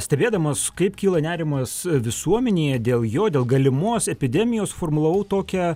stebėdamas kaip kyla nerimas visuomenėje dėl jo dėl galimos epidemijos formulavau tokią